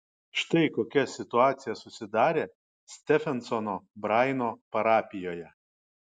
štai kokia situacija susidarė stefensono braino parapijoje